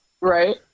Right